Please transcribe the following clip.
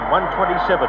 127